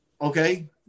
okay